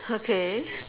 okay